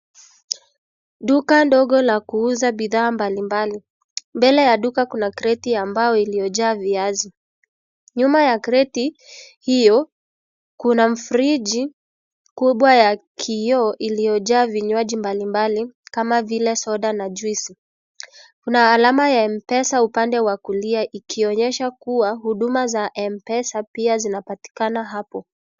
Duka ndogo la kuuza bidhaa mbalimbali. Mbele ya duka kuna kreti ambayo iliyojaa viazi. Nyuma ya kreti hiyo, kuna mfriji kubwa ya kioo iliyojaa vinywaji mbalimbali, kama vile soda na juisi. Kuna alama ya m-pesa upande wa kulia ikionyesha kuwa huduma za m-pesa pia zinapatikana hapo.